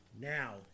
now